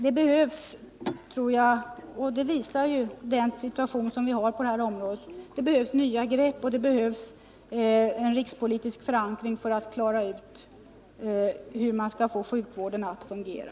Den situation vi har på detta område visar att det behövs nya grepp och en rikspolitisk förankring för att få sjukvården att fungera.